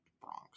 Bronx